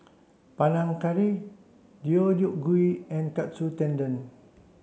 Panang Curry Deodeok Gui and Katsu Tendon